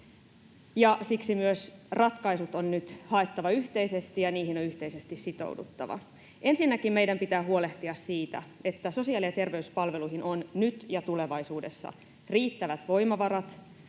siksi myös ratkaisut on nyt haettava yhteisesti ja niihin on yhteisesti sitouduttava. Ensinnäkin meidän pitää huolehtia siitä, että sosiaali- ja terveyspalveluihin on nyt ja tulevaisuudessa riittävät voimavarat